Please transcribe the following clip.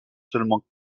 seulement